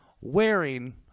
wearing